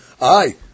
Aye